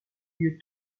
lieu